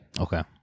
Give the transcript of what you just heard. Okay